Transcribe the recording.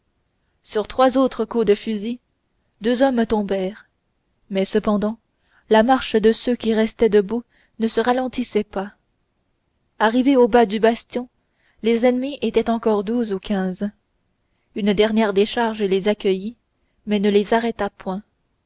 sur trois autres coups de fusil deux hommes tombèrent mais cependant la marche de ceux qui restaient debout ne se ralentissait pas arrivés au bas du bastion les ennemis étaient encore douze ou quinze une dernière décharge les accueillit mais ne les arrêta point